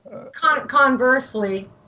Conversely